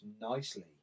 nicely